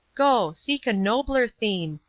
go, seek a nobler theme!